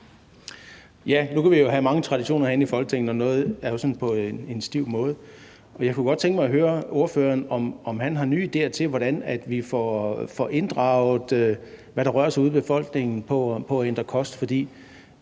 Nu kan vi jo have mange traditioner herinde i Folketinget, når noget er på en stiv måde. Jeg kunne godt tænke mig at høre ordføreren, om han har nye idéer til, hvordan vi får inddraget, hvad der rører sig ude i befolkningen i forbindelse